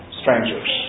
strangers